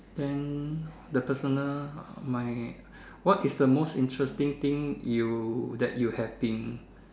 then the personal uh my what is the most interesting thing you that you have been